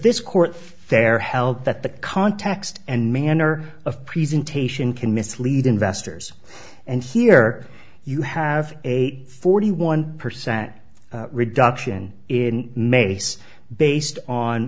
the context and manner of presentation can mislead investors and here you have a forty one percent reduction in mace based on